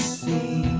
see